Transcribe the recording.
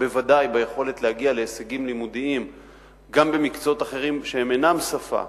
אבל בוודאי ביכולת להגיע להישגים לימודיים במקצועות אחרים שאינם שפה.